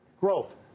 Growth